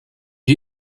die